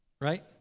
Right